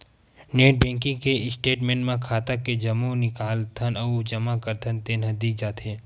net banking के statement म खाता के जम्मो निकालथन अउ जमा करथन तेन ह दिख जाथे